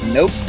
Nope